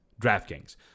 DraftKings